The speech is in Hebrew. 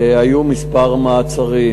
היו כמה מעצרים,